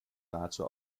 nahezu